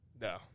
No